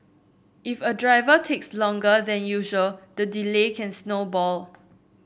if a driver takes longer than usual the delay can snowball